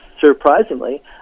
surprisingly